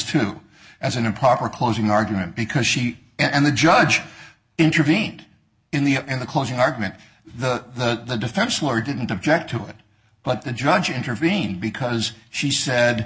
too as an improper closing argument because she and the judge intervened in the in the closing argument the defense lawyer didn't object to it but the judge intervened because she said